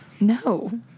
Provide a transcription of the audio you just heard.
No